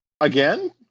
again